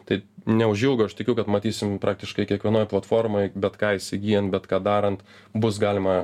tai neužilgo aš tikiu kad matysim praktiškai kiekvienoj platformoj bet ką įsigyjant bet ką darant bus galima